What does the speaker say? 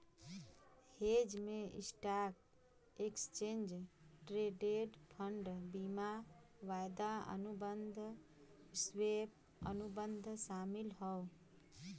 hedge में stock, exchange traded fund, बीमा, वायदा अनुबंध, स्वैप, अनुबंध शामिल हौ